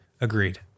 agreed